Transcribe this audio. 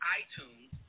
iTunes